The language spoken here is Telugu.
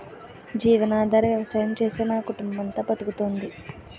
జీవనాధార వ్యవసాయం చేసే మన కుటుంబమంతా బతుకుతోంది